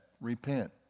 repent